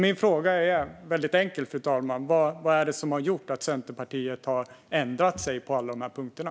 Min fråga är väldigt enkel, fru talman: Vad är det som gjort att Centerpartiet har ändrat sig på alla de här punkterna?